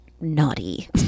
naughty